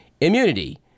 immunity